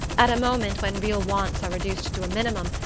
at a moment when real wants are reduced to a minimum,